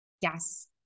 Yes